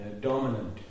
dominant